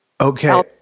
Okay